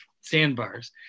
sandbars